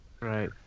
right